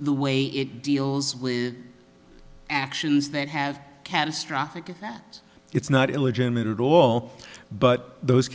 the way it deals with actions that have catastrophic if it's not illegitimate at all but those